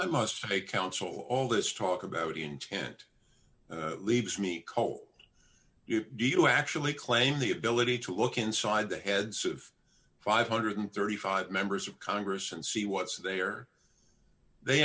i must say counsel all this talk about intent leaves me call you do you actually claim the ability to look inside the heads of five hundred and thirty five members of congress and see what's there they